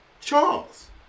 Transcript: Charles